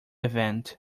event